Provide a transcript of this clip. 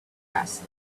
asked